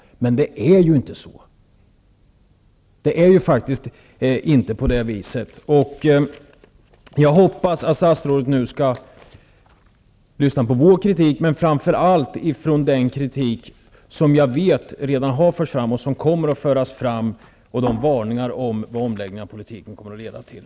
Men det är inte så! Jag hoppas att statsrådet skall lyssna på Socialdemokraternas kritik, men framför allt på den kritik som jag vet har förts fram och kommer att föras fram och varningarna om vad omläggningen av politiken kommer att leda till.